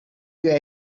your